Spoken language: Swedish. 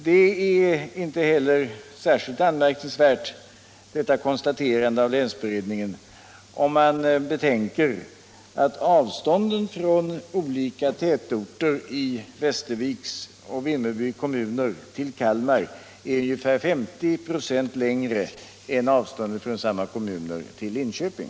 Detta konstaterande av länsberedningen är inte heller särskilt anmärkningsvärt, om man betänker att avstånden från olika tätorter i Västerviks och Vimmerby kommuner till Kalmar är ungefär 50 ?6 längre än avstånden från samma kommuner till Linköping.